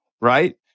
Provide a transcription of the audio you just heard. right